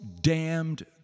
damned